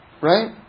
Right